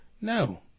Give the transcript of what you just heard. No